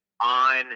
on